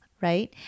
right